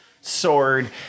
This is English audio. sword